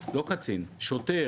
שוטר,